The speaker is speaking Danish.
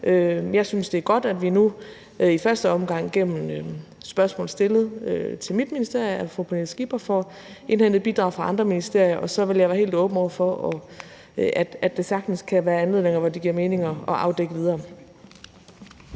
Jeg synes, det er godt, at vi nu i første omgang gennem spørgsmål stillet til mit ministerium af fru Pernille Skipper får indhentet bidrag fra andre ministerier. Og så vil jeg være helt åben over for, at det sagtens kan give anledning til, at det giver mening at afdække det videre.